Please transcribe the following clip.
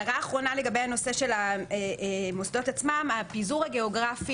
הערה אחרונה לגבי המוסדות עצמם: הפיזור הגיאוגרפי